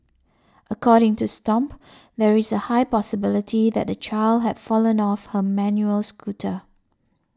according to Stomp there is a high possibility that the child had fallen off her manual scooter